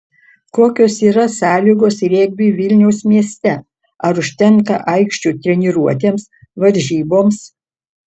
kokios yra sąlygos regbiui vilniaus mieste ar užtenka aikščių treniruotėms varžyboms